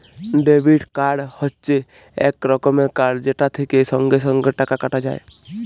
debit card হচ্যে এক রকমের কার্ড যেটা থেক্যে সঙ্গে সঙ্গে টাকা কাটা যায়